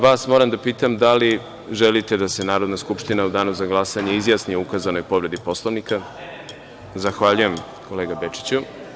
Vas moram da pitam da li želite da se Narodna skupština u danu za glasanje izjasni o ukazanoj povredi Poslovnika? (Igor Bečić: Ne tražim da se Skupština izjasni.) Zahvaljujem, kolega Bečiću.